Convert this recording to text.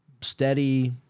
steady